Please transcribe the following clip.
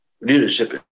Leadership